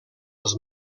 els